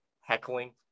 heckling